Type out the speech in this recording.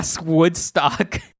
Woodstock